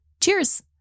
cheers